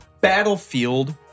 battlefield